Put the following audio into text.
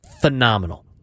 Phenomenal